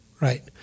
Right